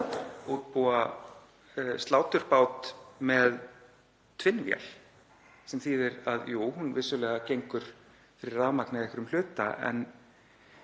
að útbúa sláturbát með tvinnvél sem þýðir að jú, vissulega gengur hún fyrir rafmagni að einhverjum hluta